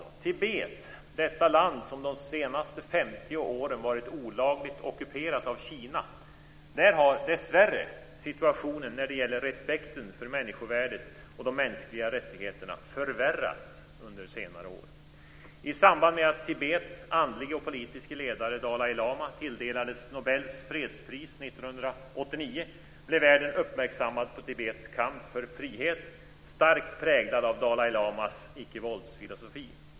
I Tibet - detta land som under de senaste 50 åren varit olagligt ockuperat av Kina - har dessvärre situationen när det gäller respekten för människovärdet och de mänskliga rättigheterna förvärrats under senare år. I samband med att Tibets andlige och politiske ledare Dalai lama år 1989 tilldelades Nobels fredspris blev världen uppmärksammad på Tibets kamp för frihet - starkt präglad av Dalai lamas ickevåldsfilosofi.